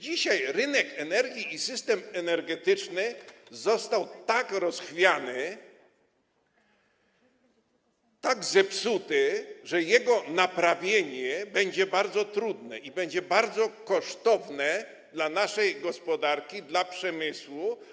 Dzisiaj rynek energii i system energetyczny został tak rozchwiany, tak zepsuty, że jego naprawienie będzie bardzo trudne i będzie bardzo kosztowne dla naszej gospodarki, dla przemysłu.